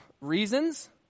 reasons